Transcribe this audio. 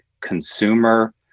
consumer